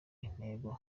intego